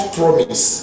promise